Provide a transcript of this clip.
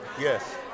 Yes